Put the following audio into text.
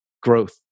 growth